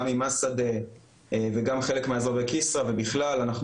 גם עם מסעדה וגם חלק מכסרא ובכלל אנחנו